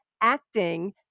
acting